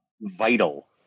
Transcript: vital